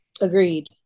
agreed